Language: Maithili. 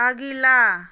अगिला